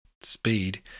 speed